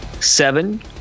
Seven